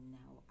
now